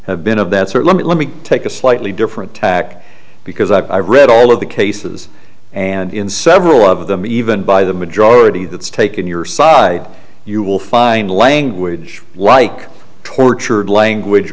have been of that sort let me take a slightly different tack because i've read all of the cases and in several of them even by the majority that's taken your side you will find language like tortured language